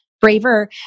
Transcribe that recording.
braver